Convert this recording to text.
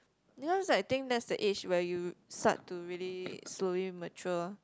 you know that's think that's the age where you start to really slowly mature